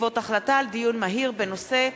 בעקבות דיון מהיר בנושא: